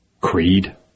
Creed